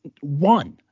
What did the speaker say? one